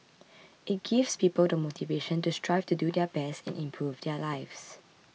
it gives people the motivation to strive to do their best and improve their lives